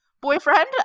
boyfriend